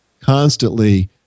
constantly